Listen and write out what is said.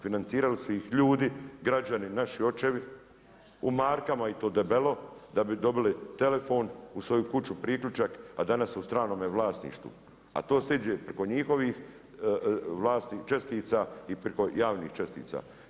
Financirali su ih ljudi, građani naši, očevi u markama i to debelo da bi dobili telefon, u svoju kuću priključak a danas su u stranom vlasništvu a to se iđe preko njihovih čestica i priko javnih čestica.